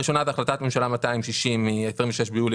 הראשונה זה החלטת ממשלה 260 מ-26 ביולי